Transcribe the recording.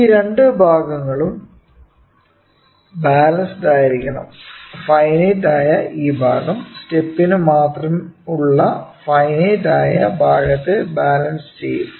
ഈ രണ്ടു ഭാഗങ്ങളും ബാലൻസ്ഡ് ആയിരിക്കണം ഫൈനൈറ്റ് ആയ ഈ ഭാഗം സ്റ്റെപ്പിന്റെ മാത്രയിൽ ഉള്ള ഫൈനൈറ്റ് ആ ഭാഗത്തെ ബാലൻസ് ചെയ്യും